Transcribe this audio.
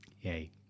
Yay